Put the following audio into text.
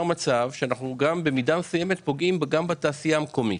מצב שבמדיה מסוימת אנחנו פוגעים גם בתעשייה המקומית.